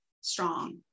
strong